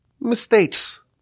mistakes